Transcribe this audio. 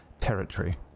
territory